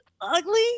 ugly